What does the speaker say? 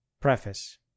Preface